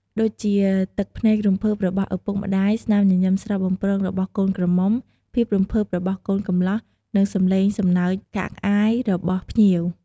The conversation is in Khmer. ដូចជាទឹកភ្នែករំភើបរបស់ឪពុកម្តាយ ស្នាមញញឹមស្រស់បំព្រងរបស់កូនក្រមុំ ភាពរំភើបរបស់កូនកំលោះ និងសំឡេងសំណើចក្អាកក្អាយរបស់ភ្ញៀវ។